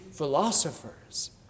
philosophers